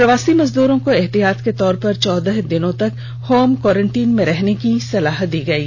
प्रवासी मजदूरों को एहतियात के तौर पर चौदह दिनों तक होम कोरेंटीन में रहने की सलाह दी गयी